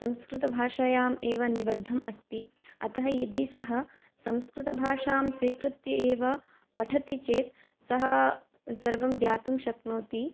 संस्कृतभाषायामेव निबद्धा अस्ति अतः यदि सः संस्कृतभाषां स्वीकृत्य एव पठति चेत् सः सर्वं ज्ञातुं शक्नोति